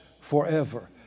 forever